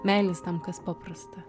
meilės tam kas paprasta